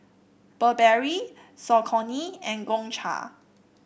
Burberry Saucony and Gongcha